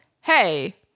hey